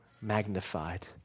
magnified